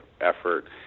effort